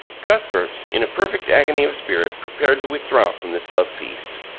cuthbert in a perfect agony of spirit prepared to withdraw from this love-feast.